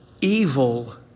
evil